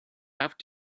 have